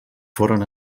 foren